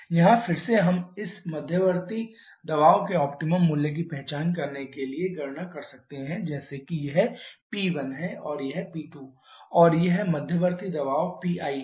यहाँ फिर से हम इस मध्यवर्ती दबाव के ऑप्टिमम मूल्य की पहचान करने के लिए गणना कर सकते हैं जैसे कि यह P1 है और यह P2 है और यह मध्यवर्ती दबाव Pi है